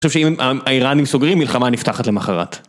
אני חושב שאם האיראנים סוגרים, מלחמה נפתחת למחרת.